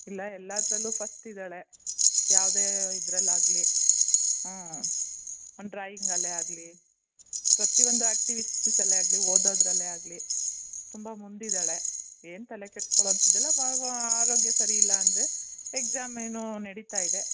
ಇಲ್ಲ ಎಲ್ಲದ್ರಲ್ಲೂ ಫಸ್ಟ್ ಇದ್ದಾಳೆ ಯಾವುದೇ ಇದರಲಾಗ್ಲಿ ಹ್ಞೂ ಒಂದು ಡ್ರಾಯಿಂಗಲ್ಲೇ ಆಗಲಿ ಪ್ರತಿಯೊಂದು ಆ್ಯಕ್ಟಿವಿಸ್ಟಿಸಲ್ಲೆ ಆಗಲಿ ಓದೋದರಲ್ಲೇ ಆಗಲಿ ತುಂಬ ಮುಂದಿದ್ದಾಳೆ ಏನು ತಲೆ ಕೆಡ್ಸ್ಕೊಳೊವಂಥದ್ದೆಲ್ಲ ಆರೋಗ್ಯ ಸರಿ ಇಲ್ಲ ಅಂದರೆ ಎಗ್ಸಾಮ್ ಏನೋ ನಡಿತಾ ಇದೆ